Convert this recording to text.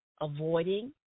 Avoiding